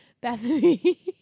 Bethany